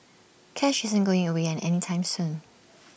cash isn't going away any time soon